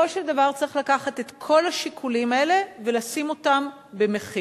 בסופו של דבר צריך לקחת את כל השיקולים האלה ולשים אותם במחיר,